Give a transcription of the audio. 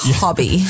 hobby